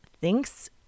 thinks